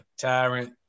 Tyrant